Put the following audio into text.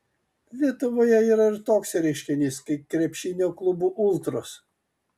lietuvoje yra ir toks reiškinys kaip krepšinio klubų ultros